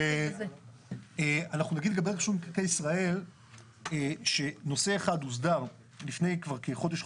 אנחנו נגיד לגבי רשות מקרקעי ישראל שנושא אחד הוסדר לפני כחודש,